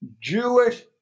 Jewish